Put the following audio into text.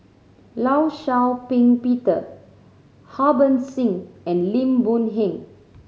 Law Shau Ping Peter Harbans Singh and Lim Boon Heng